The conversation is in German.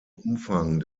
umfang